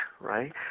right